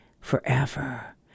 forever